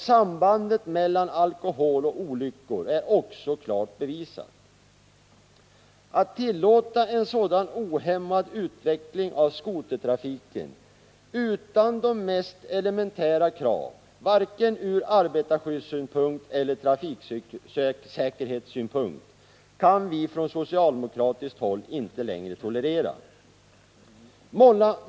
Sambandet mellan alkohol och olyckor är också klart bevisat. Att tillåta en sådan ohämmad utveckling av skotertrafiken, utan de mest elementära krav, vare sig ur arbetarskyddssynpunkt eller trafiksäkerhetssynpunkt, kan vi från socialdemokratiskt håll inte längre tolerera.